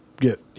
get